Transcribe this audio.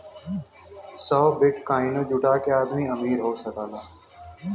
सौ बिट्काइनो जुटा के आदमी अमीर हो सकला